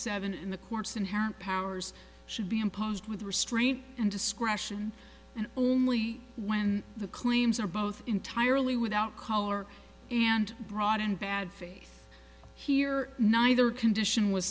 seven in the courts inherent powers should be imposed with restraint and discretion and only when the claims are both entirely without color and brought in bad faith here neither condition was